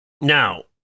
Now